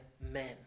men